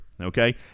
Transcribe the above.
okay